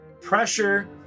Pressure